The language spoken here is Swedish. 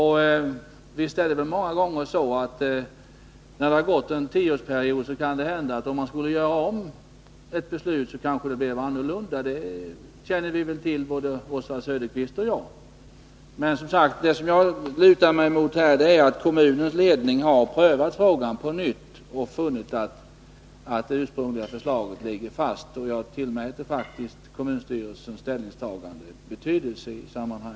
Visst är det många gånger så att man, sedan det gått en tioårsperiod, finner att om man då skulle göra om det hela, så skulle det ha blivit annorlunda. Detta känner vi ju till, både Oswald Söderqvist och jag. Vad jag som sagt lutar mig mot i det här fallet är att kommunens ledning prövat frågan på nytt och funnit att det ursprungliga förslaget ligger fast. Jag tillmäter faktiskt kommunstyrelsens ställningstagande betydelse i samman